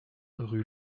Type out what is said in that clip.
rue